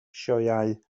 sioeau